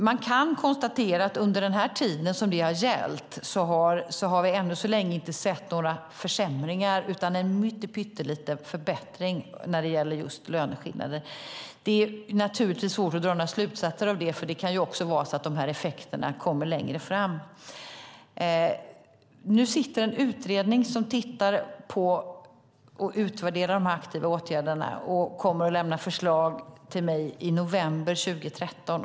Man kan konstatera att under den tid som det har gällt har vi ännu så länge inte sett några försämringar utan en pytteliten förbättring av löneskillnaderna. Det är naturligtvis svårt att dra några slutsatser av det. De här effekterna kan också komma längre fram. Det finns en utredning som tittar på och utvärderar de här aktiva åtgärderna. Den kommer att lämna förslag till mig i november 2013.